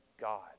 God